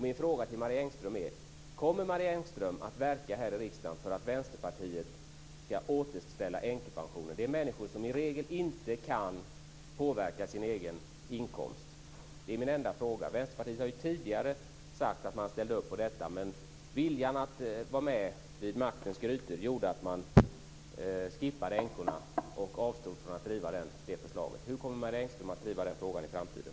Min fråga till Marie Engström är: Kommer Marie Engström att verka här i riksdagen för att Vänsterpartiet ska återställa änkepensionerna? Det är människor som i regel inte kan påverka sin egen inkomst. Det är min enda fråga. Vänsterpartiet har tidigare sagt att man ställer upp på detta, men viljan att vara med vid maktens grytor gjorde att man skippade änkorna och avstod från att driva det förslaget. Hur kommer Marie Engström att driva den frågan i framtiden?